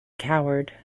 coward